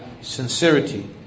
sincerity